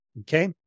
Okay